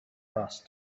passed